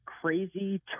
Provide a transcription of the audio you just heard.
crazy